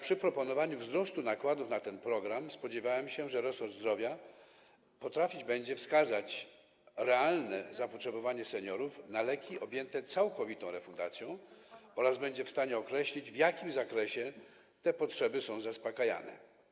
Przy proponowanym wzroście nakładów na ten program spodziewałem się jednak, że resort zdrowia będzie potrafił wskazać realne zapotrzebowanie seniorów na leki objęte całkowitą refundacją oraz będzie w stanie określić, w jakim zakresie te potrzeby są zaspokajane.